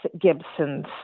Gibson's